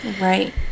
Right